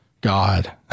God